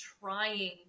trying